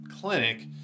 clinic